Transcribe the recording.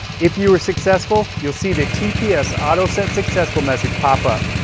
if you were successful, you'll see the tps auto-set successful message pop up.